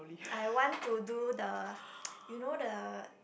I want to do the you know the